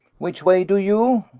which way do you?